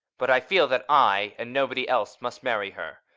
but i feel that i and nobody else must marry her.